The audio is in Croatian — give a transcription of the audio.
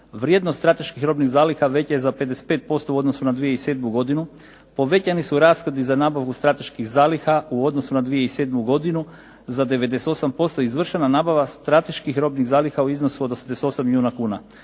vrijednost strateških robnih zaliha veća je za 55% u odnosu na 2007. godinu, povećani su rashodi za nabavu strateških zaliha u odnosu na 2007. godinu za 98%, izvršena je nabava strateških robnih zaliha u iznosu od 88 milijuna kuna,